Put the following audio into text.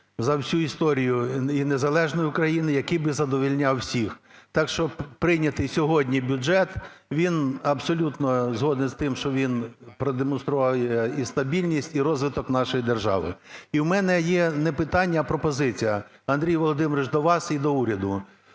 за всю історію і незалежної України, який би задовольняв всіх. Так що прийнятий сьогодні бюджет, він… Абсолютно згоден з тим, що він продемонстрував і стабільність, і розвиток нашої держави. І у мене є не питання, а пропозиція, Андрію Володимировичу, до вас і до уряду: